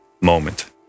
moment